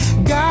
God